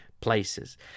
places